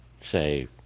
say